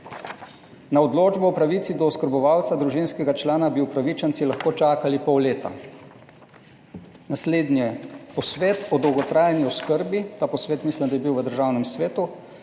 Na odločbo o pravici do oskrbovalca družinskega člana bi upravičenci lahko čakali pol leta. Naslednje, posvet o dolgotrajni oskrbi, ta posvet mislim, da je bil v Državnem svetu,